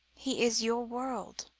he is your world,